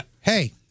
hey